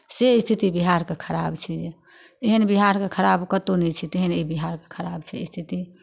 से स्थिति बिहारके खराप छै जे एहन बिहारके खराप कतहु नहि छै तेहन ई बिहारके खराप् छै स्थिति